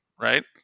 Right